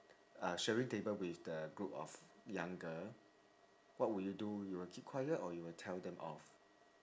uh sharing table with the group of young girl what would you do you would keep quiet or you would tell them off